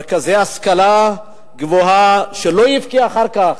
מרכזי השכלה גבוהה, שלא יבכה אחר כך.